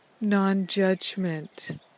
non-judgment